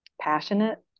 passionate